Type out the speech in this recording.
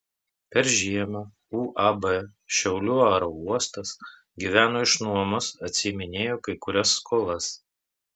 per žiemą uab šiaulių aerouostas gyveno iš nuomos atsiiminėjo kai kurias skolas